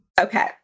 Okay